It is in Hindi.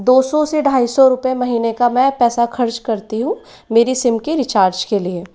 दो सौ से ढाई सौ रुपए महीने का पैसा मैं खर्च करती हूँ मेरी सिम के रीचार्ज के लिए